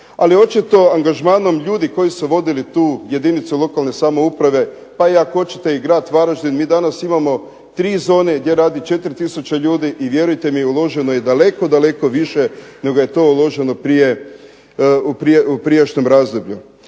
Ali očito angažmanom ljudi koji su vodili tu jedinicu lokalne samouprave, pa i ako hoćete i grad Varaždin, mi danas imamo tri zone, gdje radi 4 tisuće ljudi i vjerujte mi uloženo je daleko, daleko više nego je to uloženo prije, u prijašnjem razdoblju.